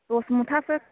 दस मुथासो